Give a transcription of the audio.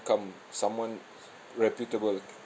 come someone reputable